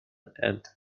and